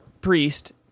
priest